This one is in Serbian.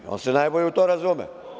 On se najbolje u to razume.